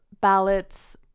ballots